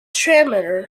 transmitter